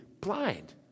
blind